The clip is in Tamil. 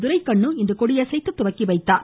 துரைக்கண்ணு இன்று கொடியசைத்து துவக்கி வைத்தார்